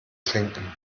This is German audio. trinken